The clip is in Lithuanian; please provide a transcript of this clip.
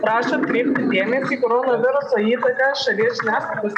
prašo atkreipti dėmesį į koronaviruso įtaką šalies žiniasklaidos